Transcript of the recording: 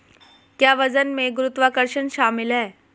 क्या वजन में गुरुत्वाकर्षण शामिल है?